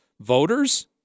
voters